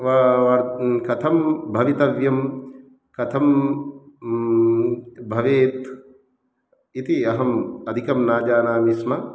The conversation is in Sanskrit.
वा वार् कथं भवितव्यं कथं भवेत् इति अहम् अधिकं न जानामि स्म